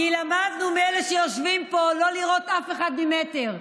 כי למדנו מאלה שיושבים פה לא לראות אף אחד ממטר.